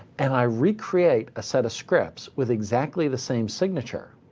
and i recreate a set of scripts with exactly the same signature.